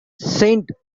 saint